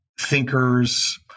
thinkers –